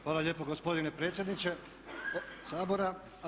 Hvala lijepa gospodine predsjedniče Sabora.